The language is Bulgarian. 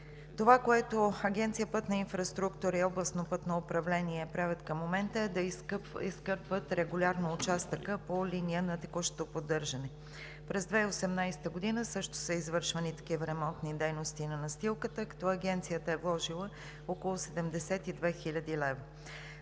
Това, което Агенция „Пътна инфраструктура“ и областното пътно управление правят към момента, е да изкърпват регулярно участъка по линия на текущото поддържане. През 2018 г. също са извършвани такива ремонти дейности на настилката, като Агенцията е вложила около 72 хил. лв.